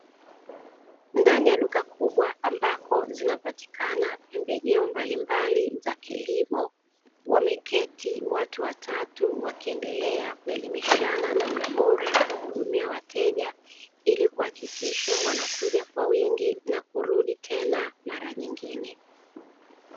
Ndani ya duka kubwa ambako zinapatikana pembejeo mbalimbali za kilimo, wameketi watu watatu wakiendelea kuelimishana namna bora ya kuwahudumia wateja, ili kuhakikisha wanakuja kwa wingi na kurudi tena mara nyingine.